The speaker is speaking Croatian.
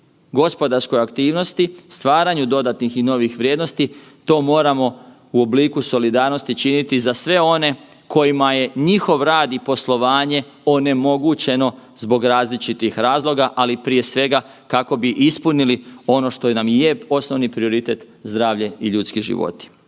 gospodarskoj aktivnosti, stvaranju dodatnih i novih vrijednosti, to moramo u obliku solidarnosti činiti za sve one kojima je njihov rad i poslovanje onemogućeno zbog različitih razloga, ali prije svega kako bi ispunili ono što nam i je osnovni prioritet zdravlje i ljudski životi.